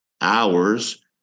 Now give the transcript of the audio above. hours